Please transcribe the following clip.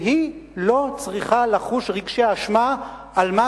שהיא לא צריכה לחוש רגשי אשמה על מה